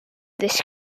this